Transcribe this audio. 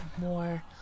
more